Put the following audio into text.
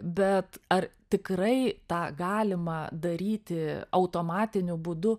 bet ar tikrai tą galima daryti automatiniu būdu